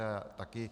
A já taky.